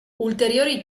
ulteriori